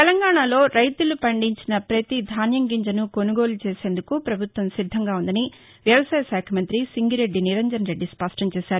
తెలంగాణలో రైతులు పండించిన ప్రతి ధాన్యం గింజనూ కొనుగోలు చేసేందుకు ప్రభుత్వం సిద్దంగా ఉందని వ్యవసాయశాఖ మంత్రి సింగిరెడ్డి నిరంజన్రెడ్డి స్పష్టం చేశారు